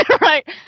right